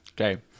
okay